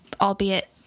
Albeit